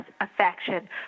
affection